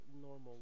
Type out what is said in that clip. normal